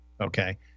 okay